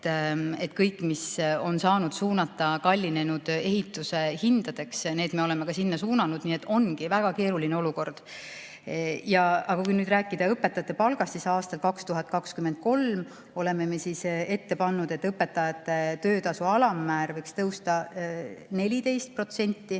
Kõik, mis on saanud suunata kallinenud ehituse hindadeks, need me oleme sinna suunanud. Nii et ongi väga keeruline olukord. Aga kui nüüd rääkida õpetajate palgast, siis aastaks 2023 oleme ette pannud, et õpetajate töötasu alammäär võiks tõusta 14%